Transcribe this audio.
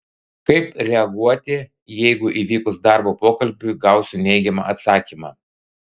kaip reaguoti jeigu įvykus darbo pokalbiui gausiu neigiamą atsakymą